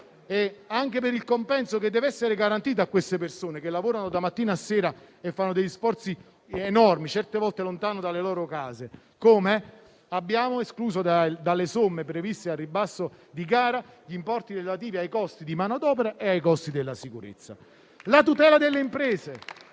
e anche per il compenso che deve essere garantito a queste persone che lavorano dalla mattina alla sera e sostengono degli sforzi enormi, certe volte lontano dalle proprie case. Abbiamo escluso dalle somme previste dal ribasso di gara gli importi relativi ai costi per la manodopera e la sicurezza.